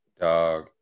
dog